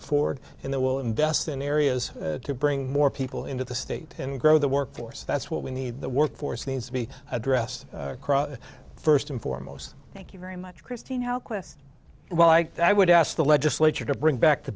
afford and that will invest in areas to bring more people into the state and grow the workforce that's what we need the workforce needs to be at you asked first and foremost thank you very much christine how ques well i thought i would ask the legislature to bring back the